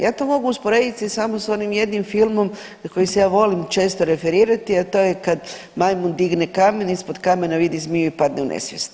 Ja to mogu usporediti samo s onim jednim filmom koji se ja volim često referirati, a to je kad majmun digne kamen, ispod kamena vidi zmiju i padne u nesvijest.